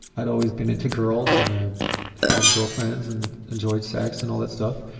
i'd always been into girls and i had girlfriends and enjoyed sex and all that stuff.